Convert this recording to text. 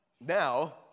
now